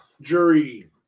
jury